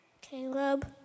Caleb